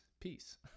Peace